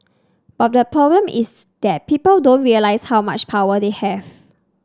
but the problem is that people don't realise how much power they have